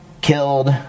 killed